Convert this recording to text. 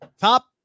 top